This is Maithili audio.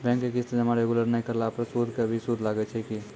बैंक के किस्त जमा रेगुलर नै करला पर सुद के भी सुद लागै छै कि?